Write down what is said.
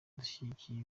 dushyigikira